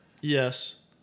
Yes